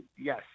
yes